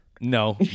No